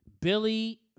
Billy